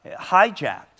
hijacked